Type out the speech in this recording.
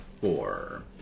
four